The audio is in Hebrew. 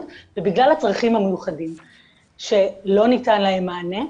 ובגלל הצרכים המיוחדים שלא ניתן להם מענה,